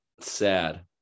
Sad